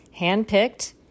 handpicked